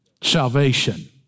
salvation